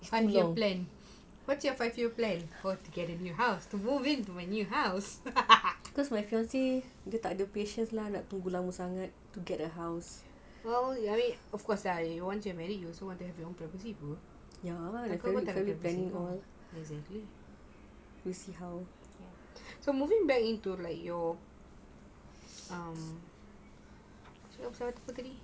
because my fiance dia tak ada passion nak pergi sangat to get a house planning or let's say we'll see how